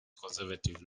conservative